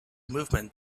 movement